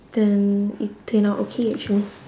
then it turn out okay actually